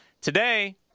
today